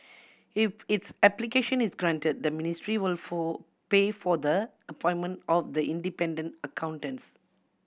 if its application is granted the ministry will for pay for the appointment of the independent accountants